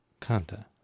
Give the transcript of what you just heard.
Kanta